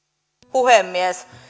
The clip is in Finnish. puhemies